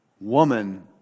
woman